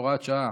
הוראת שעה)